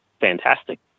fantastic